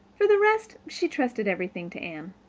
for the rest she trusted everything to anne.